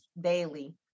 daily